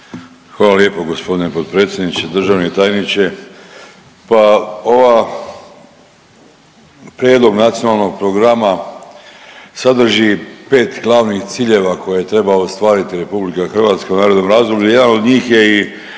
Hvala lijepo gospodine potpredsjedniče. Državni tajniče, pa ova prijedlog nacionalnog programa sadrži pet glavnih ciljeva koje treba ostvariti RH u narednom razdoblju. Jedan od njih i